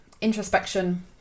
introspection